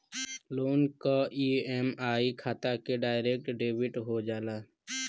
loan क EMI खाता से डायरेक्ट डेबिट हो जाला